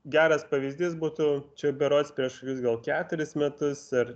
geras pavyzdys būtų čia berods prieš kokius gal keturis metus ar